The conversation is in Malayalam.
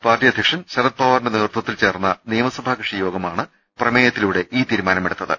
പാർട്ടി അധ്യക്ഷൻ ശരത്പവാറിന്റെ നേതൃത്വത്തിൽ ചേർന്ന നിയമസഭാ കക്ഷി യോഗമാണ് പ്രമേയത്തിലൂടെ ഈ തീരുമാ നമെടുത്തത്